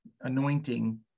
anointing